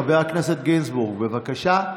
חבר הכנסת גינזבורג, בבקשה.